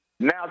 Now